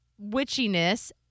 witchiness